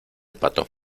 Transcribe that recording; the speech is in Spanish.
pato